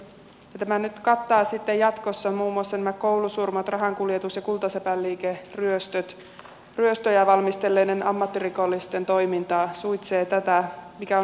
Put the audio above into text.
tämä nyt kattaa sitten jatkossa muun muassa nämä koulusurmat rahankuljetus ja kultasepänliikeryöstöjä valmistelleiden ammattirikollisten toiminnan suitsee tätä mikä on hyvä asia